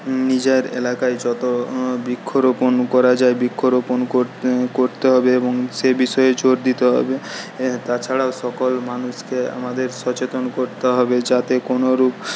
নিজের এলাকায় যত বৃক্ষরোপণ করা যায় বৃক্ষরোপণ করতে হবে এবং সে বিষয়ে জোর দিতে হবে তাছাড়া সকল মানুষকে আমাদের সচেতন করতে হবে যাতে কোনও রূপ